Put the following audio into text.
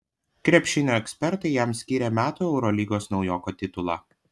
krepšinio ekspertai jam skyrė metų eurolygos naujoko titulą